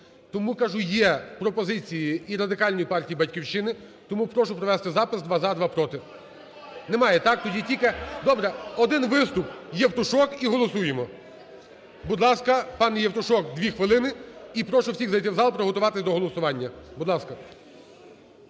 Тому є пропозиції і Радикальної партії, і "Батьківщина", тому прошу провести запис: два – за, два – проти. Немає? Тоді тільки один виступ – Євтушок, і голосуємо. Будь ласка, пане Євтушок, дві хвилини. І прошу всіх зайти в зал, приготуватись до голосування. Будь ласка.